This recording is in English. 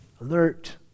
alert